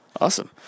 Awesome